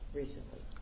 recently